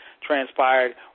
Transpired